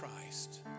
Christ